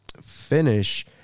finish